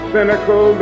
cynical